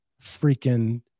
freaking